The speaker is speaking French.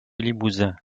limousin